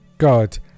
God